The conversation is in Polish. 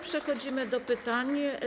Przechodzimy do pytań.